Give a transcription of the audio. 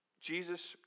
Jesus